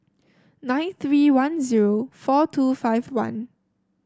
nine three one zero four two five one